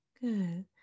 Good